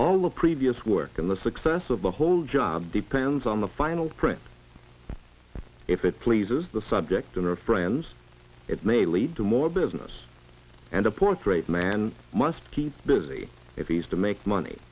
all the previous work and the success of the whole job depends on the final print if it pleases the subject and our friends it may lead to more business and a portrayed man must keep busy if he's to make money